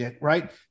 right